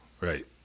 Right